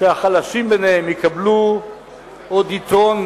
שהחלשים ביניהם יקבלו עוד יתרון